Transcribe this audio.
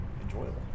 enjoyable